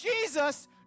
Jesus